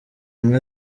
nka